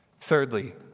Thirdly